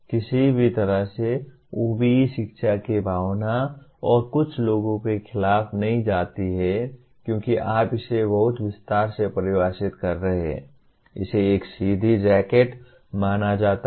किसी भी तरह से OBE शिक्षा की भावना और कुछ लोगों के खिलाफ नहीं जाती है क्योंकि आप इसे बहुत विस्तार से परिभाषित कर रहे हैं इसे एक सीधी जैकेट माना जाता है